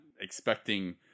expecting